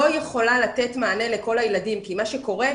יכולה לתת מענה לכל הילדים כי מה שקורה,